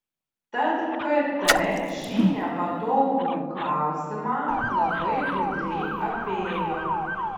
tad kt šį nepatogų klausimą labai gudriai apėjo